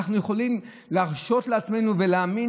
האם אנחנו יכולים להרשות לעצמנו ולהאמין